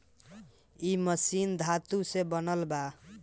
इ मशीन धातु से बनल बा